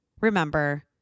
remember